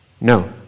no